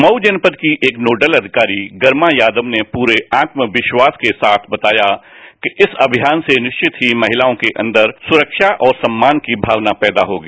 muff जनपद की एक नोडल अधिकारी गरिया यादव ने पूरे आत्यविस्वास के साथ बताया कि इस अमियान से निश्चित ही महितायों के अंदर सुरक्षा और सम्मान की भावना पैदा होगी